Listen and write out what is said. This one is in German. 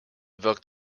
wirkt